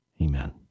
Amen